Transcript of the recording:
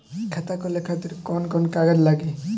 खाता खोले खातिर कौन कौन कागज लागी?